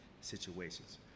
situations